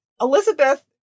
Elizabeth